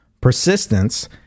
persistence